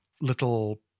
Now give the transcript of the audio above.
little